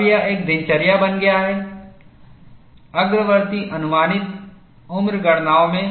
अब यह एक दिनचर्या बन गया है अग्रवर्ती अनुमानित उम्र गणनाओं में